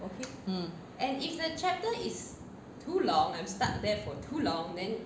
mm